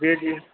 بھیجیے